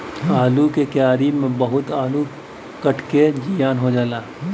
आलू के क्यारी में बहुते आलू कट के जियान हो जाला